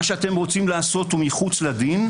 מה שאתם רוצים לעשות הוא מחוץ לדין,